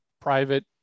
private